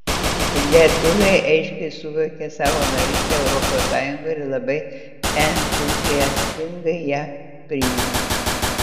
lietuviai aiškiai suvokė savo narystę europos sąjungoje ir labai entuziastingai ją priima